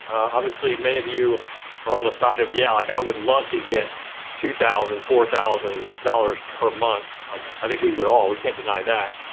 obviously, many of you are on the side of, yeah, like, i would love to get two thousand, four thousand dollars per month. like, i think we would all, we can't deny that.